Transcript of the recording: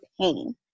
pain